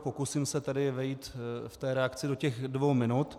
Pokusím se tedy vejít v té reakci do dvou minut.